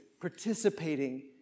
participating